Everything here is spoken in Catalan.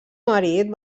marit